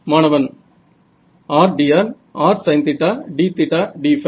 மாணவன் r dr r dr rsin θ dθ dϕ